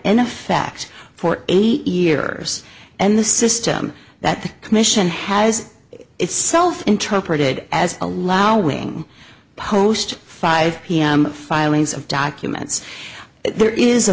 in effect for eight years and the system that the commission has itself interpreted as allowing post five pm filings of documents there is a